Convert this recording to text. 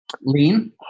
Lean